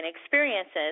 experiences